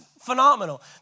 phenomenal